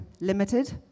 limited